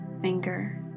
finger